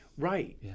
Right